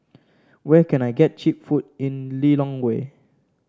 where can I get cheap food in Lilongwe